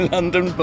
London